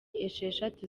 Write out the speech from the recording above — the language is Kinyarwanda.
esheshatu